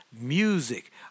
music